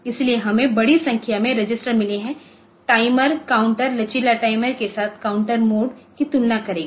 इसलिए हमें बड़ी संख्या में रजिस्टर मिले हैटाइमर काउंटर लचीला टाइमर के साथ काउंटर मोड की तुलना करेंगे